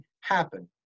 happen